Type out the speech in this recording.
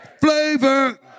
Flavor